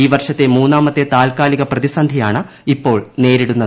ഈ വർഷത്തെ മൂന്നാമത്തെ താൽക്കാലിക പ്രതിസന്ധിയാണ് ഇപ്പോൾ നേരിടുന്നത്